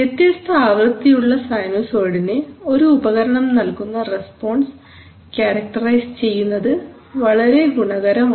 വ്യത്യസ്ത ആവൃത്തിയുള്ള സൈനുസോയ്ഡ്സിന് ഒരു ഉപകരണം നൽകുന്ന റെസ്പോൺസ് ക്യാരക്ടറൈസ് ചെയ്യുന്നത് വളരെ ഗുണകരമാണ്